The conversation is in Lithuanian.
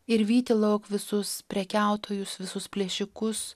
ir vyti lauk visus prekiautojus visus plėšikus